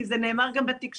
כי זה נאמר גם בתקשורת.